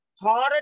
harder